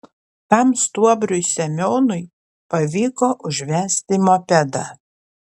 tam stuobriui semionui pavyko užvesti mopedą